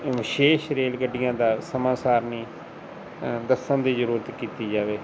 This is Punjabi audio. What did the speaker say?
ਵਿਸ਼ੇਸ਼ ਰੇਲ ਗੱਡੀਆਂ ਦਾ ਸਮਾਂ ਸਾਰਣੀ ਦੱਸਣ ਦੀ ਜ਼ਰੂਰਤ ਕੀਤੀ ਜਾਵੇ